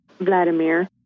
Vladimir